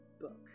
book